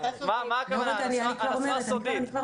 הנוסחה סודית?